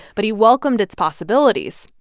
but he welcomed its possibilities.